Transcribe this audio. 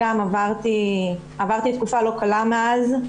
עברתי תקופה לא קלה מאז.